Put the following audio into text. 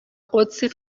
قدسی